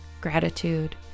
gratitude